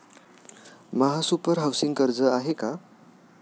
महासुपर हाउसिंग कर्ज आहे का?